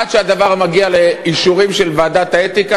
עד שהדבר מגיע לאישורים של ועדת האתיקה